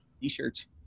t-shirts